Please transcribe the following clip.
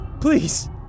Please